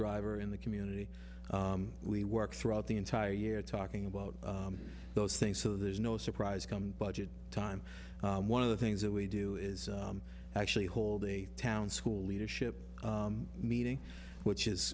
driver in the community we work throughout the entire year talking about those things so there's no surprise come budget time one of the things that we do is actually hold a town school leadership meeting which is